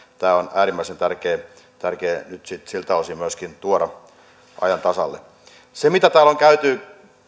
tämä on äärimmäisen tärkeä tärkeä myöskin siltä osin tuoda nyt ajan tasalle mitä täällä on käyty